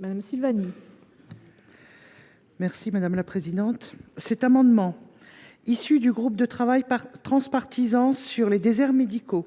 Mme Silvana Silvani. Cet amendement, issu des travaux du groupe de travail transpartisan sur les déserts médicaux